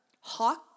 hawk